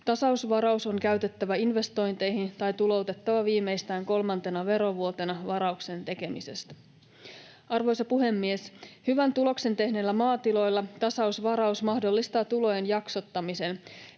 Tasausvaraus on käytettävä investointeihin tai tuloutettava viimeistään kolmantena verovuotena varauksen tekemisestä. Arvoisa puhemies! Hyvän tuloksen tehneillä maatiloilla tasausvaraus mahdollistaa tulojen jaksottamisen,